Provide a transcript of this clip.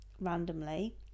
randomly